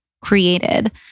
created